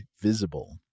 visible